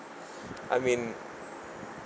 I mean